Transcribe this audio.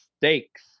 stakes